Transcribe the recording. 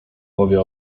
powie